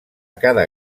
cada